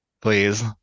Please